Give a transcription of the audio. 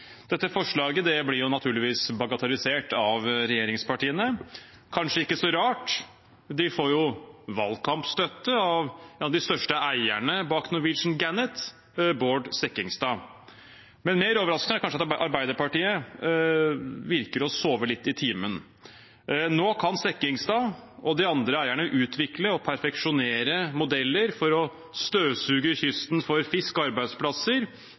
Dette forslaget blir naturligvis bagatellisert av regjeringspartiene. Kanskje ikke så rart – de får jo valgkampstøtte av en av de største eierne bak «Norwegian Gannet», Bård Sekkingstad. Men mer overraskende er kanskje at Arbeiderpartiet ser ut til å sove litt i timen. Nå kan Sekkingstad og de andre eierne utvikle og perfeksjonere modeller for å støvsuge kysten for